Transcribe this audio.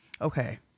okay